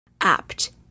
apt